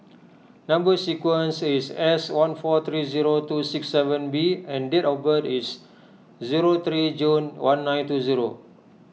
Number Sequence is S one four three zero two six seven B and date of birth is zero three June one nine two zero